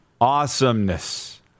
Awesomeness